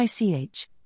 ICH